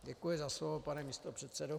Děkuji za slovo, pane místopředsedo.